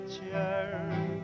picture